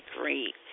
Great